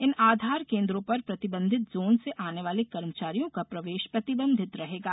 इन आधार केंद्रों पर प्रबिंधित झोन से आने वाले कर्मचारियों का प्रवेष प्रतिबंधित रहेगा